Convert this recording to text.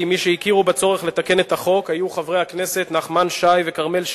כי מי שהכירו בצורך לתקן את החוק היו חברי הכנסת נחמן שי וכרמל שאמה,